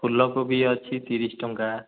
ଫୁଲକୋବି ଅଛି ତିରିଶ ଟଙ୍କା